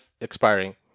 expiring